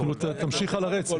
תמשיך על הרצף.